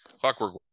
Clockwork